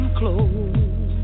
close